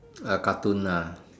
uh cartoon ah